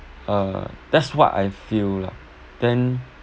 uh that's what I feel lah then